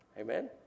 Amen